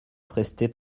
restait